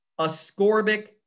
ascorbic